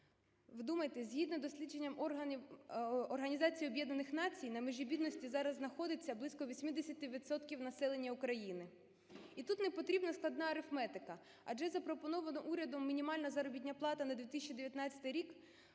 Вдумайтесь, згідно дослідженням Організації Об'єднаних Націй на межі бідності зараз знаходиться близько 80 відсотків населення України. І тут не потрібна складна арифметика, адже запропонована урядом мінімальна заробітна плата на 2019 рік